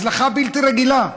הצלחה בלתי רגילה.